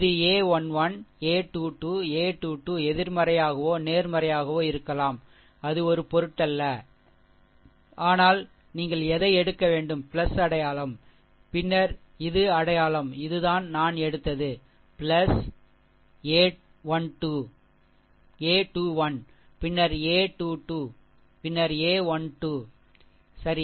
இது a 1 1 a 2 2 a 2 2 எதிர்மறையாகவோ நேர்மறையாகவோ இருக்கலாம் அது ஒரு பொருட்டல்ல ஆனால் நீங்கள் எதை எடுக்க வேண்டும் அடையாளம் பின்னர் இது அடையாளம் இதுதான் நான் எடுத்தது a 21 பின்னர் a 22 பின்னர் a12 சரி